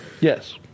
Yes